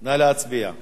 הספנות (ימאים) (תיקון מס' 5),